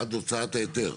עד הוצאת ההיתר?